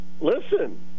listen